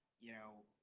you know,